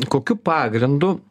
kokiu pagrindu